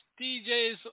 DJs